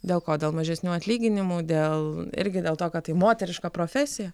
dėl ko dėl mažesnių atlyginimų dėl irgi dėl to kad tai moteriška profesija